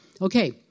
Okay